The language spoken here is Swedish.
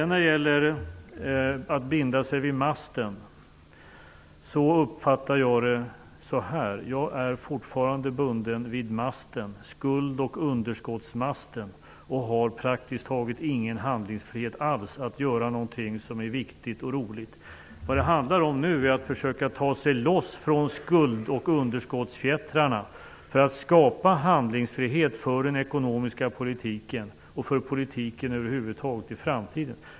När det gäller att binda sig vid masten uppfattar jag det på följande sätt: Jag är fortfarande bunden vid masten, skuld och underskottsmasten, och har praktiskt taget ingen handlingsfrihet alls att göra något som är viktigt och roligt. Vad det nu handlar om är att försöka ta sig loss från skuld och underskottsfjättrarna för att skapa handlingsfrihet för den ekonomiska politiken och för politiken över huvud taget i framtiden.